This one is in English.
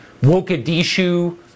Wokadishu